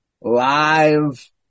live